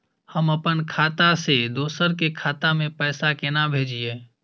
हम अपन खाता से दोसर के खाता में पैसा केना भेजिए?